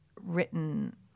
written